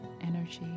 energy